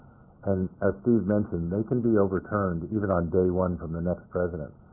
and as steve mentioned, they can be overturned even on day one from the next president,